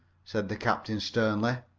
said the captain sternly.